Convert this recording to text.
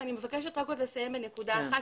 אני מבקשת לסיים בנקודה אחת.